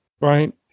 Right